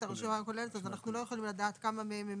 אז אנחנו לא יכולים לדעת כמה מהם הם